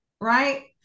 right